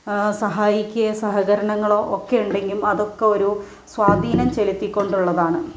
സഹായിക്കുകയോ സഹകരണങ്ങളോ ഒക്കെയുണ്ടെങ്കിലും അതൊക്കെ ഒരു സ്വാധീനം ചെലുത്തിക്കൊണ്ടുള്ളതാണ്